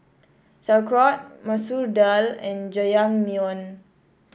Sauerkraut Masoor Dal and Jajangmyeon